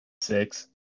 six